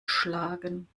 schlagen